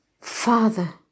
Father